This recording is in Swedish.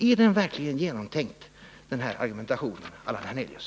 Är den här argumentationen verkligen genomtänkt, Allan Hernelius?